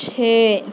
چھ